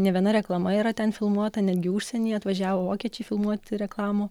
ne viena reklama yra ten filmuota netgi užsienyje atvažiavo vokiečiai filmuoti reklamų